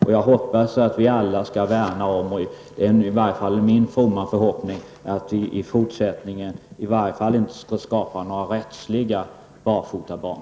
Min fromma förhoppning är att vi alla skall verka för att det i fortsättningen inte skapas några rättsliga barfotabarn.